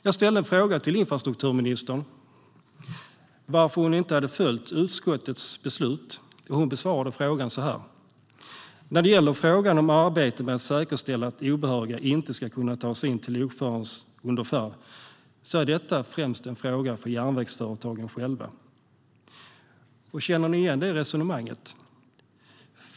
Jag ställde en fråga till infrastrukturministern om varför hon inte hade följt utskottets beslut. Hon besvarade frågan så här: "När det gäller frågan om arbete med att säkerställa att obehöriga inte ska kunna ta sig in till lokföraren under färd, så är detta främst en uppgift för järnvägsföretagen själva." Känner ni igen det resonemanget?